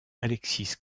alexis